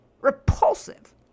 repulsive